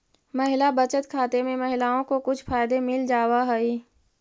महिला बचत खाते में महिलाओं को कुछ फायदे मिल जावा हई